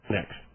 Next